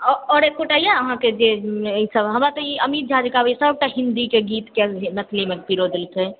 आओर एकोटा यए अहाँके जे ईसभ हमरा तऽ ई अमित झा जे गाबैए सभटा हिन्दीके गीतके मैथिलीमे पिरो देलकै